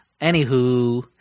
Anywho